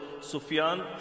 Sufyan